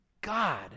God